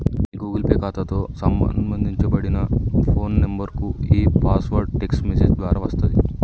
మీ Google Pay ఖాతాతో అనుబంధించబడిన phone నంబర్కు ఈ పాస్వర్డ్ టెక్ట్స్ మెసేజ్ ద్వారా వస్తది